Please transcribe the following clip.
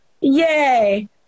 Yay